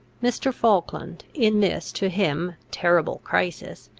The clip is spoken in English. mr. falkland, in this to him, terrible crisis,